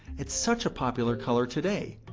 it's such a popular color today.